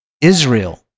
israel